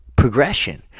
progression